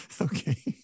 okay